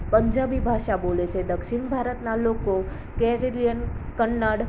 પંજાબી ભાષા બોલે છે દક્ષિણ ભારતના લોકો કેરેલીયન કન્નડ